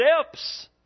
steps